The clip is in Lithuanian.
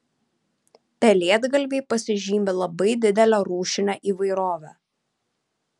pelėdgalviai pasižymi labai didele rūšine įvairove